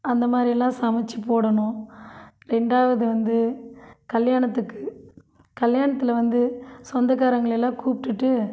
அந்த மாதிரில்லாம் சமைச்சி போடணும் ரெண்டாவது வந்து கல்யாணத்துக்கு கல்யாணத்தில் வந்து சொந்தக்காரவங்களெளல்லாம் கூப்பிட்டுட்டு